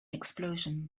explosion